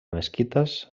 mesquites